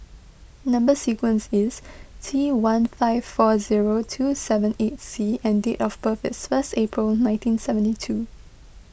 Number Sequence is T one five four zero two seven eight C and date of birth is first April nineteen seventy two